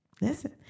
listen